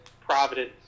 Providence